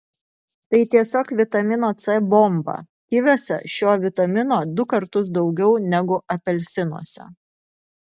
tai tiesiog vitamino c bomba kiviuose šio vitamino du kartus daugiau negu apelsinuose